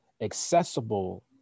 accessible